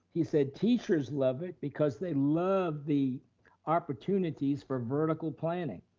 he said teachers love it because they love the opportunities for vertical planning.